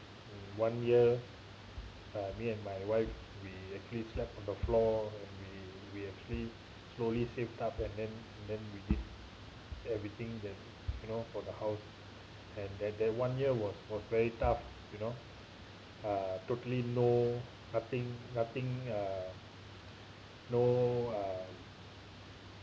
one year uh me and my wife we actually slept on the floor and we we actually slowly saved up and then and then we did everything that you know for the house and that that one year was was very tough you know uh totally no nothing nothing uh no uh